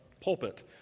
pulpit